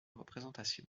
représentation